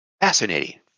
Fascinating